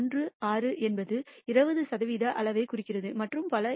1016 என்பது 20 சதவிகித அளவைக் குறிக்கிறது மற்றும் பல